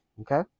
okay